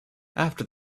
after